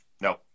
No